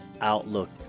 outlook